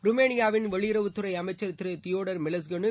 ருமேனியாவின் வெளியுறவுத்துறை அமைச்சர் திரு தியோடர் மெலஸ்கனு